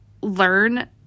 learn